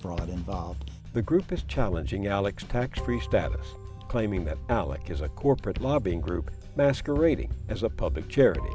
fraud involved the group is challenging alex tax free status claiming that alec is a corporate lobbying group masquerading as a public charity